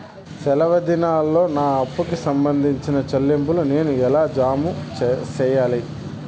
సెలవు దినాల్లో నా అప్పుకి సంబంధించిన చెల్లింపులు నేను ఎలా జామ సెయ్యాలి?